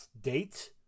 date